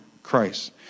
Christ